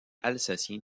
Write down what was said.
alsacien